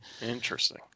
Interesting